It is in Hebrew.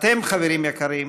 אתם, חברים יקרים,